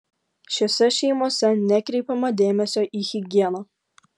šiose šeimose nekreipiama dėmesio į higieną